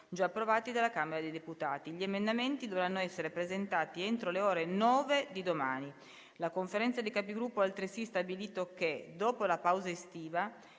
Grazie,